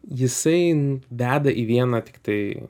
jisai veda į vieną tiktai